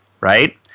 right